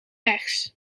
rechts